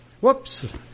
Whoops